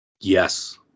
Yes